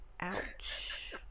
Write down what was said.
ouch